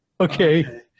Okay